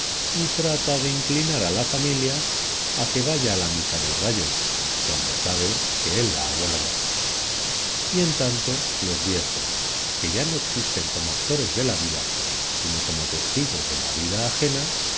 y trata de inclinar a la familia a que vaya a la misa del gallo donde sabe que él la aguarda y en tanto los viejos que ya no existen como actores de la vida sino como testigos de la vida ajena